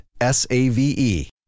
S-A-V-E